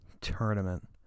Tournament